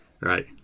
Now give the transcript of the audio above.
Right